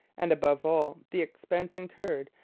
and, above all, the expense incurred,